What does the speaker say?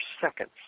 seconds